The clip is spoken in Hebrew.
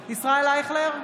אייכלר,